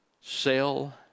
Sell